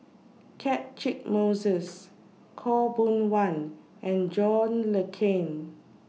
Catchick Moses Khaw Boon Wan and John Le Cain